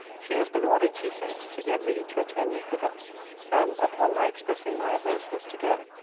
she has been ordered, she says, to get ready to attend me thither and, upon my expressing my averseness to go,